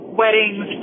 weddings